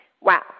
Wow